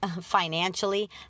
financially